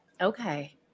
Okay